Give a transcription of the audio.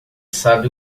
sabe